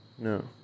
No